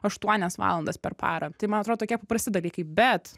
aštuonias valandas per parą tai man atrodo tokie paprasti dalykai bet